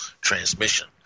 transmission